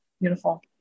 beautiful